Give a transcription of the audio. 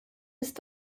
ist